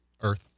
Earth